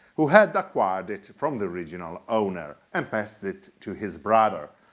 who had acquired it from the original owner and passed it to his brother.